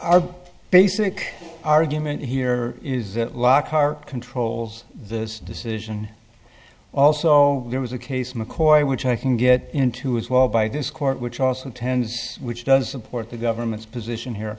our basic argument here is that lockhart controls the decision also there was a case mccoy which i can get into as well by this court which also tends which does support the government's position here